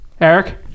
Eric